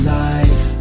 life